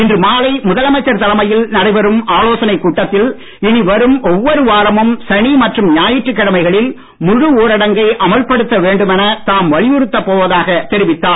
இன்று மாலை முதலமைச்சர் தலைமையில் நடைபெறும் ஆலோசனைக் கூட்டத்தில் இனி வரும் ஒவ்வொரு வாரமும் சனி மற்றும் ஞாயிற்றுக் கிழமைகளில் முழு ஊரடங்கை அமல்படுத்த வேண்டும் என தாம் வலியுறுத்தப் போவதாக தெரிவித்தார்